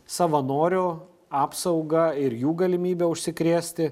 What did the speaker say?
savanorių apsauga ir jų galimybe užsikrėsti